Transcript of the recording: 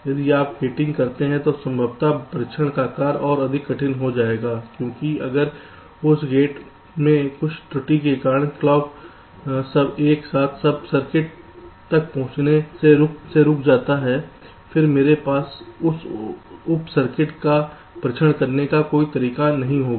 यदि आप गैटिंग करते हैं तो संभवतः परीक्षण का कार्य और अधिक कठिन हो जाएगा क्योंकि अगर उस गेट में कुछ त्रुटि के कारण क्लॉक सब एक साथ सब सर्किट तक पहुंचने से रुक जाता है फिर मेरे पास उस उप सर्किट का परीक्षण करने का कोई तरीका नहीं होगा